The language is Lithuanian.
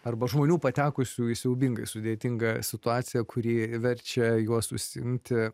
arba žmonių patekusių į siaubingai sudėtingą situaciją kuri verčia juos užsiimti